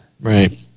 Right